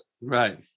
right